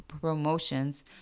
promotions